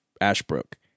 Ashbrook